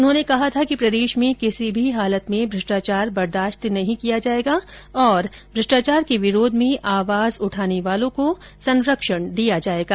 उन्होंने कहा था कि प्रदेश में किसी भी हालत में भ्रष्टाचार बर्दाश्त नहीं किया जायेगा और भ्रष्टाचार के विरोध में आवाज उठाने वालों को संरक्षण दिया जायेगा